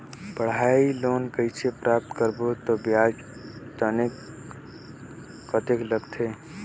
पढ़ाई लोन कइसे प्राप्त करबो अउ ब्याज कतेक लगथे?